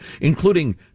including